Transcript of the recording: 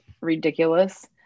ridiculous